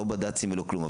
לא בד"ץ ולא כלום.